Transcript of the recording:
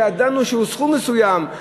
שידענו שהוא סכום מסוים,